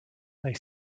they